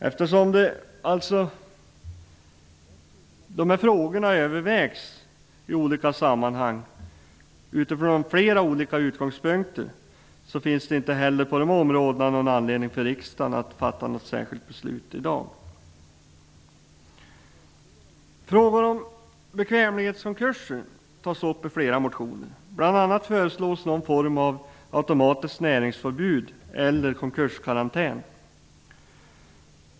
Eftersom de här frågorna alltså övervägs i olika sammanhang från flera olika utgångspunkter finns det inte heller på de områdena någon anledning för riksdagen att fatta ett särskilt beslut i dag. Frågor om bekvämlighetskonkurser tas upp i flera motioner. Bl.a. föreslås någon form av automatiskt näringsförbud eller konkurskarantän.